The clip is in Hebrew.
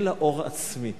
אין לה אור עצמי.